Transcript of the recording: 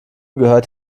gehört